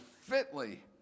fitly